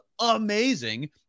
amazing